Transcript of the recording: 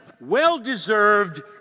well-deserved